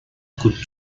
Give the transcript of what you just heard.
could